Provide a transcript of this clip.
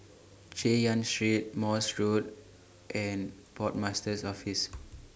Chay Yan Street Morse Road and Port Master's Office